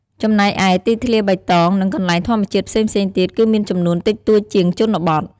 ចំណែកឯ ទីធ្លាបៃតង និងកន្លែងធម្មជាតិផ្សេងៗទៀតគឺមានចំនួនតិចតួចជាងជនបទ។